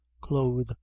clothe